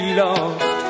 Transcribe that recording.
lost